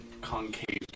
concave